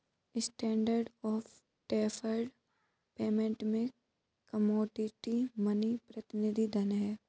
standard of deferred payment में commodity money प्रतिनिधि धन हैं